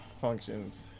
functions